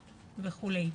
וכו'.